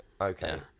Okay